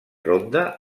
ronda